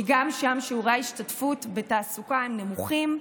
כי גם שם שיעורי ההשתתפות בתעסוקה הם נמוכים.